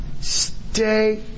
stay